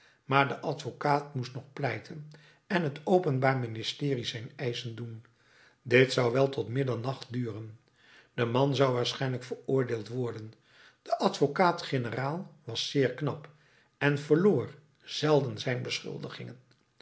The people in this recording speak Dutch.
maar de advocaat moest nog pleiten en het openbaar ministerie zijn eisen doen dit zou wel tot middernacht duren de man zou waarschijnlijk veroordeeld worden de advocaat-generaal was zeer knap en verloor zelden zijn beschuldigden